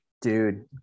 dude